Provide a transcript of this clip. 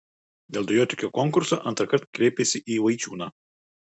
dėl dujotiekio konkurso antrąkart kreipėsi į vaičiūną